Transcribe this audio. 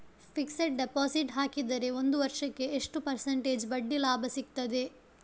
Fixed deposit ಹಾಕಿದರೆ ಒಂದು ವರ್ಷಕ್ಕೆ ಎಷ್ಟು ಪರ್ಸೆಂಟೇಜ್ ಬಡ್ಡಿ ಲಾಭ ಸಿಕ್ತದೆ?